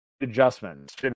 adjustments